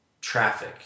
traffic